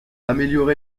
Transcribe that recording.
améliorer